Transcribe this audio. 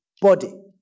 Body